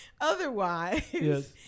otherwise